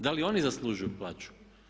Da li oni zaslužuju plaću?